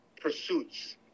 pursuits